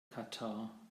katar